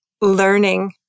learning